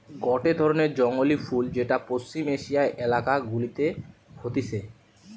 গটে ধরণের জংলী ফুল যেটা পশ্চিম এশিয়ার এলাকা গুলাতে হতিছে